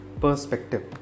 Perspective